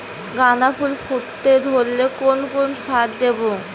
গাদা ফুল ফুটতে ধরলে কোন কোন সার দেব?